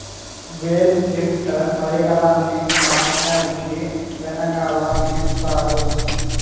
bale lifter పరికరాన్ని tractor కీ వెనకాల బిగిస్తారు